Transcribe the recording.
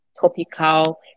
topical